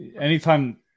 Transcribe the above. anytime